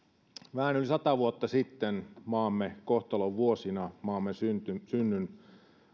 vähän yli sata vuotta sitten maamme kohtalon vuosina maamme synnyn synnyn